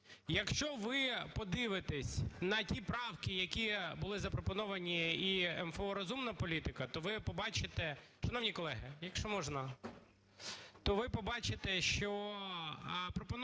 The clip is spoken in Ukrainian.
Якщо ви подивитесь на ті правки, які були запропоновані і МФО "Розумна політика", то ви побачите… Шановні колеги, якщо можна. То ви побачите, що пропонується,